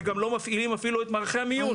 וגם לא מפעילים אפילו את מערכי המיון,